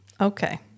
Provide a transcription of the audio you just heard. Okay